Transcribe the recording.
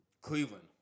Cleveland